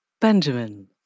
Benjamin